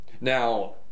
Now